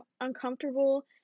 uncomfortable